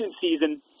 season